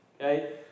okay